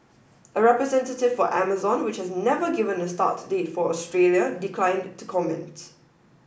a representative for Amazon which has never given a start date for Australia declined to comment